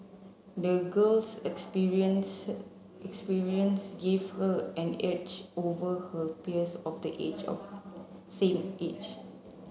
the girl's experiences experiences gave her an edge over her peers of the age of same age